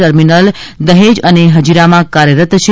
terminal Dahej અને હજીરામાં કાર્યરત છે